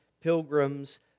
pilgrims